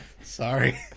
Sorry